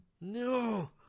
No